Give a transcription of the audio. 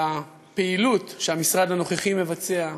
ועל הפעילות שהמשרד הנוכחי מבצע,